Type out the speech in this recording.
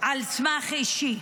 רק על בסיס אישי.